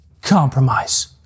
compromise